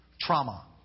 Trauma